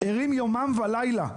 ערים יומם ולילה.